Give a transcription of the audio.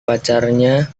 pacarnya